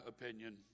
opinion